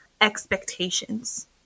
expectations